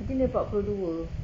mungkin dia empat puluh dua